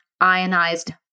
ionized